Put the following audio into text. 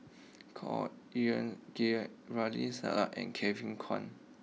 Khor Ean Ghee Ramli Sarip and Kevin Kwan